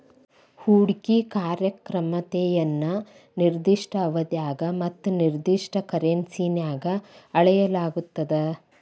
ಹೂಡ್ಕಿ ಕಾರ್ಯಕ್ಷಮತೆಯನ್ನ ನಿರ್ದಿಷ್ಟ ಅವಧ್ಯಾಗ ಮತ್ತ ನಿರ್ದಿಷ್ಟ ಕರೆನ್ಸಿನ್ಯಾಗ್ ಅಳೆಯಲಾಗ್ತದ